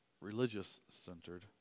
religious-centered